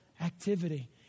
activity